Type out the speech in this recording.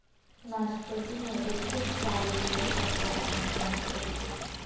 नाशपती मध्ये खूप सारे जीवनसत्त्व आणि खनिज असते